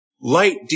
light